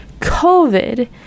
covid